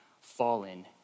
fallen